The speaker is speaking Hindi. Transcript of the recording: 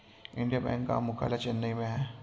इंडियन बैंक का मुख्यालय चेन्नई में है